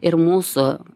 ir mūsų